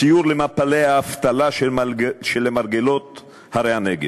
סיור למפלי האבטלה שלמרגלות הרי הנגב.